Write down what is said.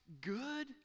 good